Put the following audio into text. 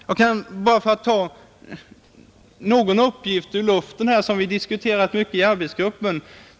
Jag kan ur luften ta en uppgift, som vi har diskuterat mycket i arbetsgruppen.